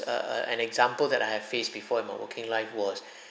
err an example that I have faced before in my working life was